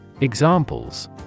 Examples